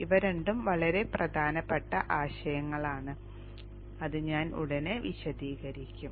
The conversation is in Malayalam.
ഇവ രണ്ടും വളരെ പ്രധാനപ്പെട്ട ആശയങ്ങളാണ് അത് ഞാൻ ഉടൻ വിശദീകരിക്കും